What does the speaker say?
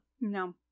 No